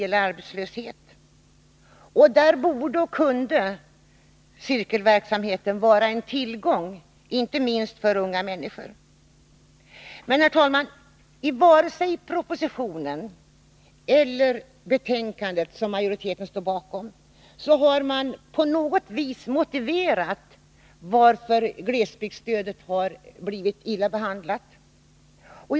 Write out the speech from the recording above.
Där borde och kunde alltså cirkelverksamheten vara en tillgång, inte minst för unga människor. Herr talman! Varken i propositionen eller i utskottsmajoritetens skrivning finner man någon motivering till att glesbygdsstödet inte har räknats upp.